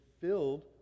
filled